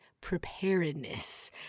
preparedness